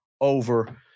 over